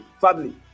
family